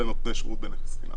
לא בטוח שהיא בכלל תקינה.